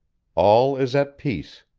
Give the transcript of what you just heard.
all is at peace,